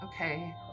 okay